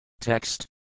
Text